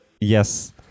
yes